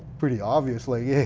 pretty obviously. yeah